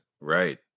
right